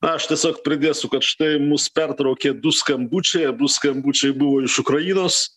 aš tiesiog pridėsiu kad štai mus pertraukė du skambučiai abu skambučiai buvo iš ukrainos